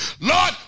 Lord